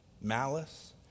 malice